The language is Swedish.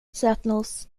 sötnos